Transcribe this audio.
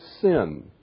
sin